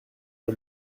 pas